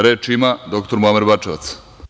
Reč ima dr Muamer Bačevac.